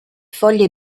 foglie